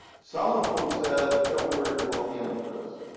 some of them said, don't worry, we'll handle this,